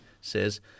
says